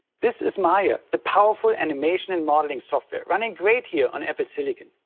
this is maya, the powerful animation and modeling software running great here on apple silicon.